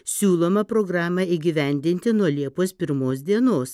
siūloma programą įgyvendinti nuo liepos pirmos dienos